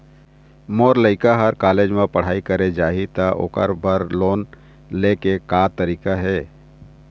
मोर लइका हर कॉलेज म पढ़ई करे जाही, त ओकर बर लोन ले के का तरीका हे?